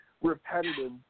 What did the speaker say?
repetitive